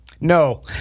No